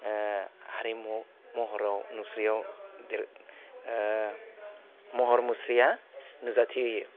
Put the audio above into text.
ओह हारिमु महराव मुस्रियाव दे ओह महर मुस्रिया नुजाथि होयो